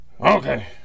Okay